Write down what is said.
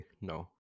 no